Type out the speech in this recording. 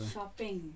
Shopping